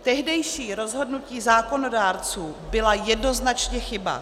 Tehdejší rozhodnutí zákonodárců byla jednoznačně chyba.